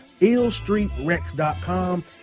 Illstreetrex.com